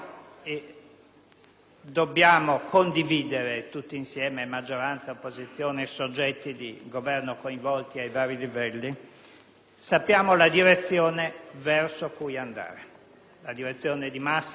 dobbiamo condividere tutti insieme - maggioranza, opposizione e soggetti di governo coinvolti ai vari livelli - la direzione verso cui andare, la direzione di massima e di sistema.